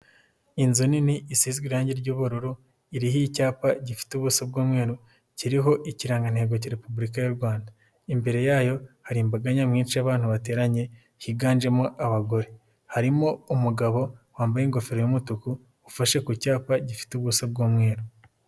Inzu nini i isizwe irange ry'ubururo iriho icyapa gifite ubuso bw'umweru kiriho ikirangantego cya Repubulika y'u Rwanda, imbere yayo hari imbaga nyamwinshi y'abantu bateranye higanjemo abagore, harimo umugabo wambaye ingofero y'umutuku ufashe ku cyapa gifite ubuso bw'umweru.